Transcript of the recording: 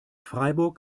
freiburg